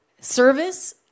service